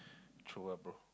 true ah bro